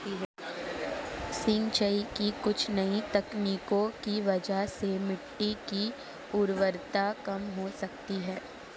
सिंचाई की कुछ नई तकनीकों की वजह से मिट्टी की उर्वरता कम हो सकती है